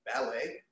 ballet